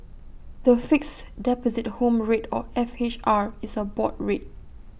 the Fixed Deposit Home Rate or F H R is A board rate